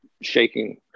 shaking